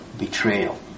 betrayal